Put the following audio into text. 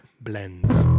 Blends